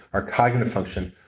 our cognitive function.